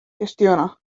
gestiona